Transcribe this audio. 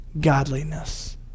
godliness